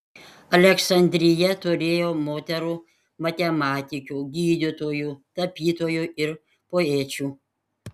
aleksandrija turėjo moterų matematikių gydytojų tapytojų ir poečių